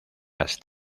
las